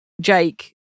Jake